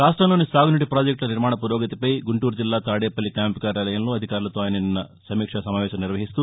రాష్టంలోని సాగునీటి ప్రాజెక్టుల నిర్మాణ పురోగతిపై గుంటూరు జిల్లా తాదేపల్లి క్యాంపు కార్యాలయంలో అధికారులతో ఆరున నిన్న సమీక్షా సమావేశం నిర్వహిస్తూ